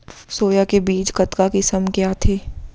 Soya के बीज कतका किसम के आथे?